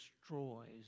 destroys